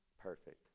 Perfect